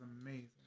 amazing